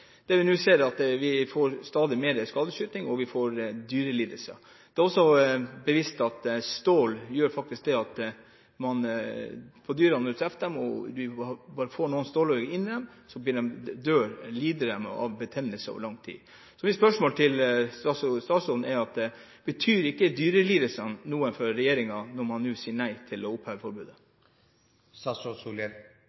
Nå ser vi at vi får stadig mer skadeskyting, og vi får dyrelidelser. Det er også bevist at stål gjør at når man treffer dyrene og bare får noen stålhagl inn i dem, lider de av betennelse over lang tid. Så mitt spørsmål til statsråden er: Betyr ikke dyrelidelsene noe for regjeringen når man nå sier nei til å oppheve forbudet?